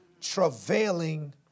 Travailing